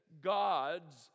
God's